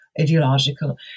Ideological